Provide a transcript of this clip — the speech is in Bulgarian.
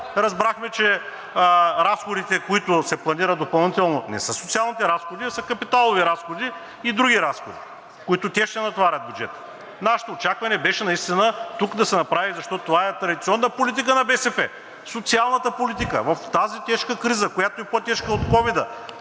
Разбрахме, че разходите, които се планират допълнително, не са социалните разходи, а са капиталови разходи и други разходи, те ще натоварят бюджета. Нашето очакване беше наистина тук да се направи, защото това е традиционна политика на БСП – социалната политика. В тази тежка криза, която е по-тежка от ковида,